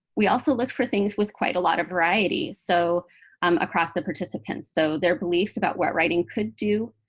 we also looked for things with quite a lot of variety so across the participants, so their beliefs about where writing could do,